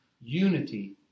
Unity